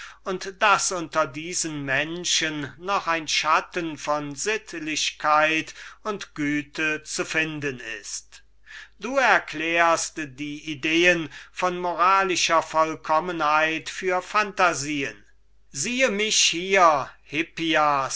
und daß unter diesen menschen noch ein schatten von sittlichkeit und güte zu finden ist du erklärst die ideen von tugend und sittlicher vollkommenheit für phantasien siehe mich hier hippias